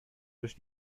durch